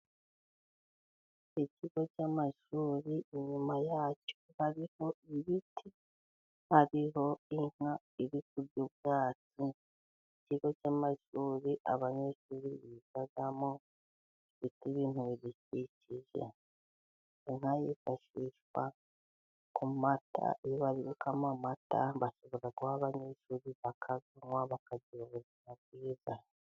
Ikigo cy'amashuri inyuma yacyo hariho ibiti, hariho inka iri kurya ubwatsi, ikigo cy' amashuri abanyeshuri bigamo gifite ibintu bidukikije, inka yifashishwa ku mata, iyo bari gukama amata bashobora guha abanyeshuri bakazanywa bakagira ubuzima bwiza.